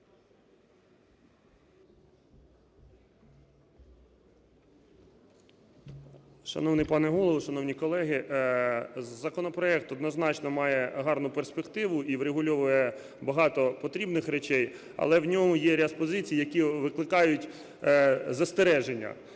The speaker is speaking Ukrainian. Шановний пане Голово, шановні колеги! Законопроект однозначно має гарну перспективу і врегульовує багато потрібних речей, але в ньому є ряд позицій, які викликають застереження,